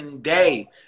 day